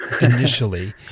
initially